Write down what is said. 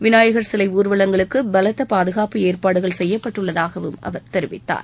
விநாயகர் சிலை ஊர்வலங்களுக்கு பலத்த பாதுகாப்பு ஏற்பாடுகள் செய்யப்பட்டுள்ளதாகவும் அவர் தெரிவித்தார்